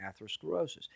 atherosclerosis